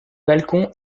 balcon